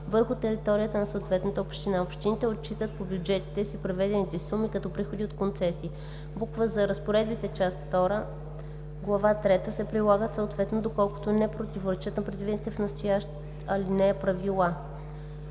върху територията на съответната община. Общините отчитат по бюджетите си преведените суми като приходи от концесии. з) Разпоредбите в Част Втора, Глава Трета се прилагат съответно, доколкото не противоречат на предвидените в настоящата алинея правила.